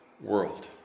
world